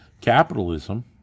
capitalism